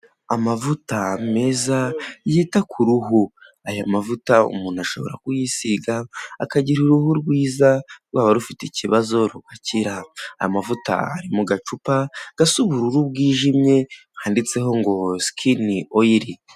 Amavuta meza yita ku ruhu aya mavuta umuntu ashobora kuyisiga akagira uruhu rwiza rwaba rufite ikibazo rugakira, amavuta ari mu gacupa gasa ubururu bwijimye handitseho ngo sikini oyiri.